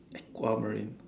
aquamarine